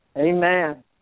Amen